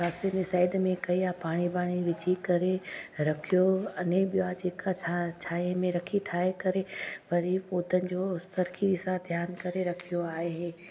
पासे में साइड में कयां पाणी वाणी विझी करे रखियो अने ॿिया जेका असां छांव में रखी ठाहे करे वरी पौधनि जो सरखी सां ध्यानु करे रखियो आहे